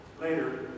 Later